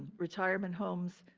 retirement homes,